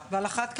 עידית,